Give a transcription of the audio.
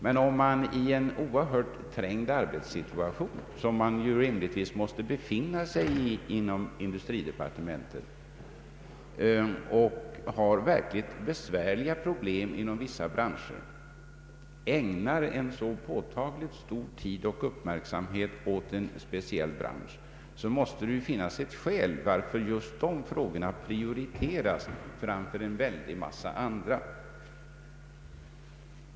Men om man i en oerhört trängd arbetssituation — som man ju rimligtvis måste befinna sig i inom industridepartementet — med verkligt besvär liga problem inom vissa branscher äg nar så påtagligt mycket tid åt en speciell bransch så måste det finnas ett skäl varför just dessa frågor prioriteras framför en stor mängd andra.